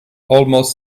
almost